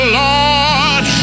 lord